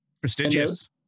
prestigious